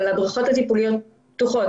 אבל הבריכות הטיפוליות פתוחות",